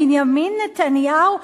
בנימין נתניהו,